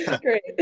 Great